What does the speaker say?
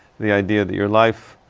the idea that your life,